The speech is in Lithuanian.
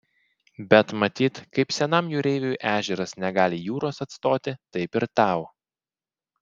bet matyt kaip senam jūreiviui ežeras negali jūros atstoti taip ir tau